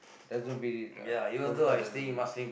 doesn't beat it lah hometown doesn't beat it